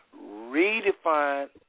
Redefine